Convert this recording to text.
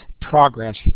progress